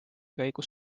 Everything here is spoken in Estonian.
käigus